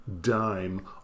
dime